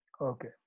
Okay